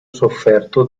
sofferto